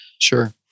Sure